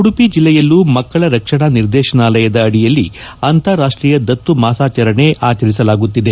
ಉಡುಪಿ ಜಿಲ್ಲೆಯಲ್ಲೂ ಮಕ್ಕಳ ರಕ್ಷಣಾ ನಿರ್ದೇಶನಾಲಯದ ಅಡಿಯಲ್ಲಿ ಅಂತಾರಾಷ್ಷೀಯ ದತ್ತು ಮಾಸಾಚರಣೆ ಆಚರಿಸಲಾಗುತ್ತಿದೆ